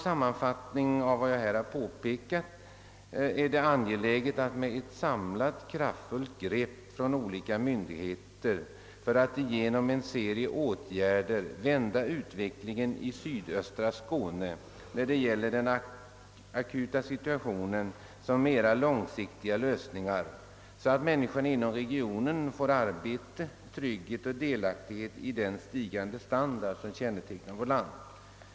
Sammanfattningsvis anser jag att det är angeläget med ett samlat och kraftfullt grepp från olika myndigheter för att genom en serie åtgärder vända utvecklingen i sydöstra Skåne både när det gäller den akuta situationen och mera långsiktiga lösningar, så att människorna inom regionen får arbete, trygghet och delaktighet i den stigande standard som kännetecknar vårt land.